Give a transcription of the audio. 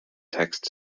text